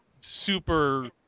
super